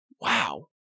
Wow